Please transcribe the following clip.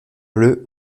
bleu